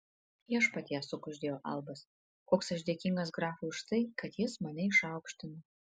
viešpatie sukuždėjo albas koks aš dėkingas grafui už tai kad jis mane išaukštino